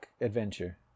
Adventure